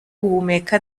guhumeka